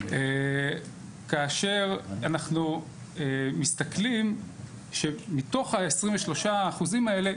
כאשר אנחנו מסתכלים שמתוך ה-23% האלה,